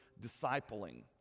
discipling